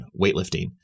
weightlifting